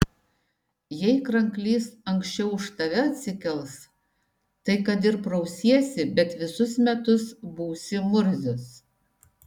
jei kranklys anksčiau už tave atsikels tai kad ir prausiesi bet visus metus būsi murzius